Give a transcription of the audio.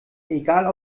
egal